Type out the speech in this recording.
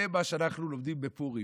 זה מה שאנחנו לומדים בפורים,